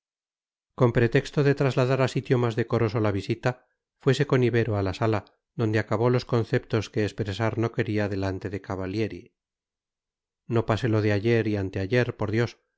con pretexto de trasladar a sitio más decoroso la visita fuese con ibero a la sala donde acabó los conceptos que expresar no quería delante de cavallieri no pase lo de ayer y anteayer por dios